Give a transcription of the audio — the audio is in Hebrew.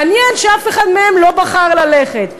מעניין שאף אחד מהם לא בחר ללכת.